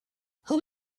who